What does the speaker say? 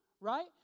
right